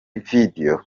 video